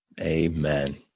Amen